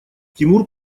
тимур